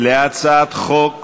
להצעת חוק